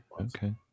Okay